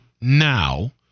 now